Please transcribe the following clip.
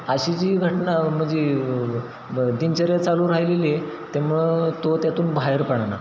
अशी जी घटना म्हणजे दिनचर्या चालू राहिलेली आहे त्यामुळं तो त्यातून बाहेर पडेना